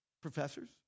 Professors